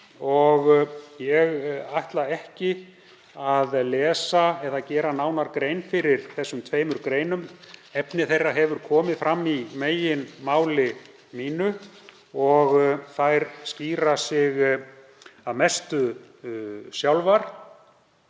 og ég ætla ekki að lesa eða gera nánar grein fyrir þessum tveimur greinum. Efni þeirra hefur komið fram í meginmáli mínu og þær skýra sig að mestu sjálfar.